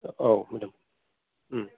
औ मेडाम